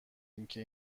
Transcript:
اینکه